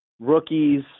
rookies